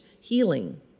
healing